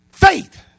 Faith